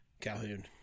Calhoun